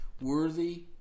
worthy